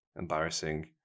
embarrassing